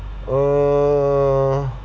uh